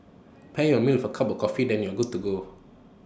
pair your meal for A cup of coffee then you're good to go